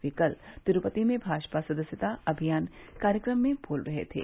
वे कल तिरूपति में भाजपा सदस्यता अभियान कार्यक्रम में बोल रहे थे